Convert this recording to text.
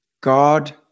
God